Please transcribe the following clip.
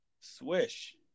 Swish